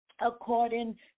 according